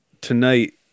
tonight